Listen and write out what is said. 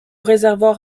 réservoir